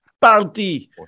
Party